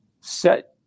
Set